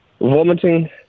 vomiting